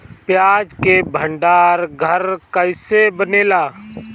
प्याज के भंडार घर कईसे बनेला?